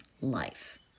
life